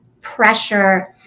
pressure